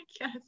yes